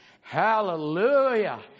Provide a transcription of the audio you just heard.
Hallelujah